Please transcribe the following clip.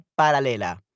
paralela